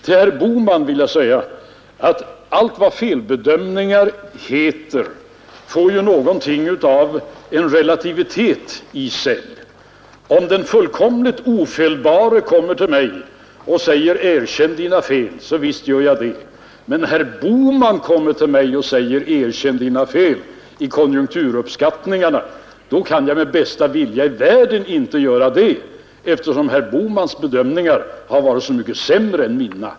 Till herr Bohman vill jag säga att allt vad felbedömningar heter får något av relativitet över sig. Om den fullständigt ofelbare kommer till mig och säger: ”Erkänn dina fel”, så visst gör jag det. Men om herr Bohman kommer till mig och säger: ”Erkänn dina fel i konjunkturuppskattningarna”, då kan jag med bästa vilja i världen inte göra det, eftersom herr Bohmans bedömningar har varit så mycket sämre än mina.